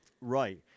Right